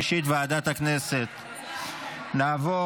שתקבע ועדת הכנסת נתקבלה.